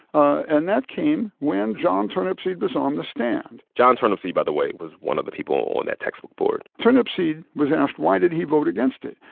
and that came when john turnipseed was on the stand john turnipseed, by the way, was one of the people on that textbook board turnipseed was asked why did he vote against it?